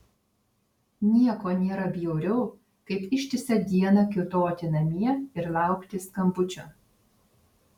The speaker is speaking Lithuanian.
nieko nėra bjauriau kaip ištisą dieną kiūtoti namie ir laukti skambučio